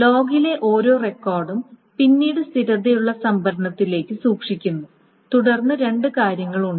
ലോഗിലെ ഓരോ റെക്കോർഡും പിന്നീട് സ്ഥിരതയുള്ള സംഭരണത്തിലേക്ക് സൂക്ഷിക്കുന്നു തുടർന്ന് രണ്ട് കാര്യങ്ങളുണ്ട്